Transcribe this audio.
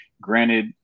Granted